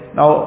now